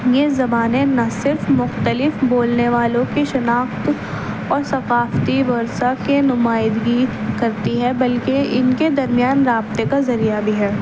یہ زبانیں نہ صرف مختلف بولنے والوں کی شناخت اور ثقافتی ورثہ کے نمائندگی کرتی ہے بلکہ ان کے درمیان رابطے کا ذریعہ بھی ہے